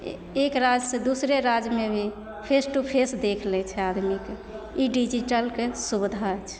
एक राज से दूसरे राजमेभी फेस टू फेस देखि लै छै आदमीके ई डिजीटलके सुबिधा छै